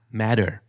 matter